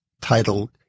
titled